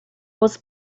was